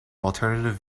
alternative